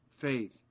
faith